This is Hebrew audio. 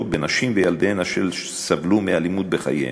בנשים וילדיהן אשר סבלו מאלימות בחייהם,